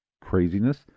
craziness